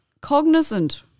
cognizant